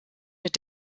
mit